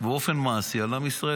באופן מעשי על עם ישראל.